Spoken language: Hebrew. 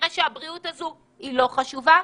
כנראה שהבריאות הזו לא חשובה.